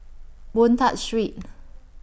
Boon Tat Street